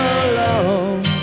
alone